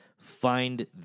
find